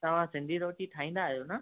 तव्हां सिन्धी रोटी ठाहींदा आहियो न